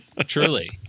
truly